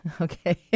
Okay